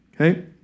okay